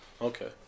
Okay